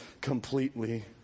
completely